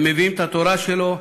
הם מביאים את התורה שלו,